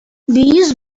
биз